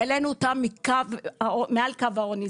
והעלינו אותם אל מעל קו העוני.